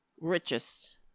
richest